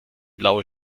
blaue